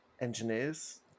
engineers